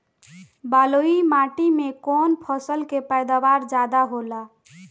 बालुई माटी में कौन फसल के पैदावार ज्यादा होला?